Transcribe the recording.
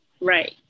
Right